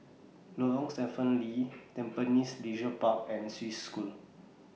Lorong Stephen Lee Tampines Leisure Park and Swiss School